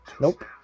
Nope